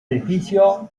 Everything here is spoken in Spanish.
edificio